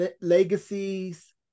legacies